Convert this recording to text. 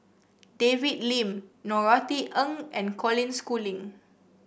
David Lim Norothy Ng and Colin Schooling